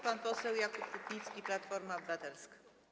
Pan poseł Jakub Rutnicki, Platforma Obywatelska.